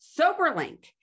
Soberlink